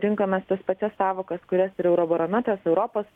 rinkomės tas pačias sąvokas kurias ir eurobarometras europos